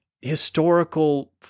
Historical